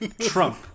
Trump